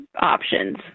options